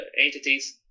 entities